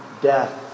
death